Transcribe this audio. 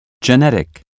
genetic